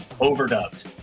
overdubbed